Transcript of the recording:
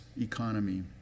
economy